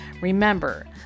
Remember